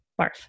Barf